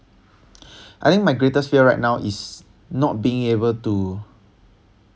I think my greatest fear right now is not being able to